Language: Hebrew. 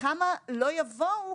וכמה לא יבואו,